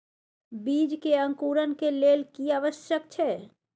बीज के अंकुरण के लेल की आवश्यक छै?